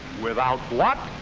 without what?